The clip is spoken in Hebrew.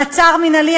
מעצר מינהלי,